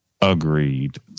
Agreed